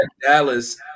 Dallas